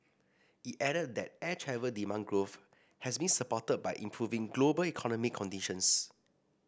it added that air travel demand growth has been supported by improving global economic conditions